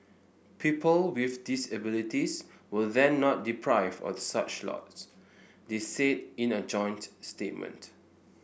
people with disabilities will then not deprived of such lots they said in a joint statement